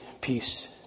peace